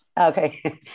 Okay